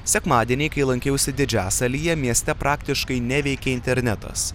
sekmadienį kai lankiausi didžiasalyje mieste praktiškai neveikė internetas